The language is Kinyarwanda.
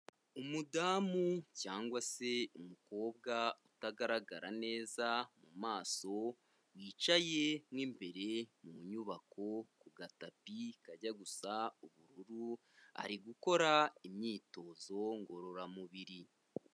Umudamu cyangwa se umukobwa utagaragara neza mu maso, yicaye mo imbere mu nyubako ku gatapi kajya gusa ubururu, ari gukora imyitozo ngororamubiri.